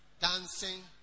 dancing